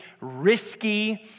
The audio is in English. risky